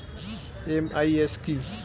MIS কি?